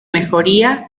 mejoría